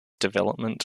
development